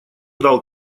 дал